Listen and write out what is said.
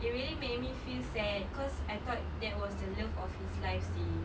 it really make me feel sad cause I thought that was the love of his life seh